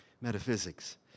metaphysics